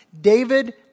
David